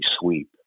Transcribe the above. sweep